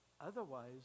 otherwise